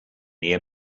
ear